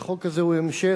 שהחוק הזה הוא המשך